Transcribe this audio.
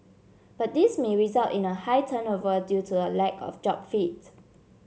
but this may result in a high turnover due to a lack of job fit